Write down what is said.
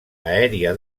aèria